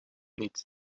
niet